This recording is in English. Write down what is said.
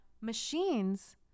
machines